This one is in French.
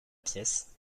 pièce